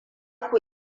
ku